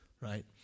right